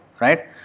right